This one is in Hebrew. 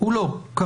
הוא לא כרגע.